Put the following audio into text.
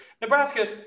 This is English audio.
Nebraska